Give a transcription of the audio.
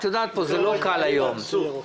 זה לא פשוט היום.